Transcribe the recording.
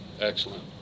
excellent